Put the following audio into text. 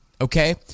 okay